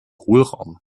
hohlraum